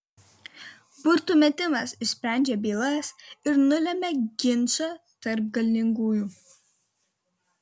burtų metimas išsprendžia bylas ir nulemia ginčą tarp galingųjų